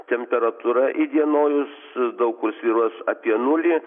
temperatūra įdienojus daug kur svyruos apie nulį